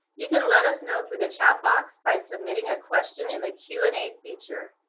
you can let us know through the chat box by submitting a question in the q and a feature.